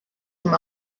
from